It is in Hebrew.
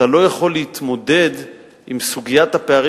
אתה לא יכול להתמודד עם סוגיית הפערים